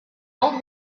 old